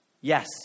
Yes